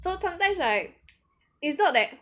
so sometimes like it's not that